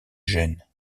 gênes